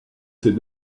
ces